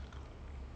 mm